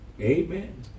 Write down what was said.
Amen